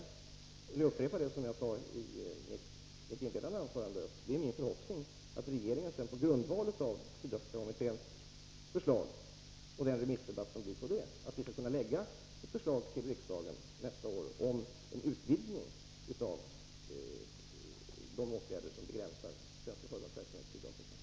Jag vill upprepa det jag sade i mitt inledningsanförande, nämligen att det är min förhoppning att regeringen på grundval av Sydafrikakommitténs förslag och den remissdebatt som följer skall kunna lägga fram ett förslag till riksdagen nästa år om en utvidgning av de åtgärder som begränsar svenska företags verksamhet i Sydafrika.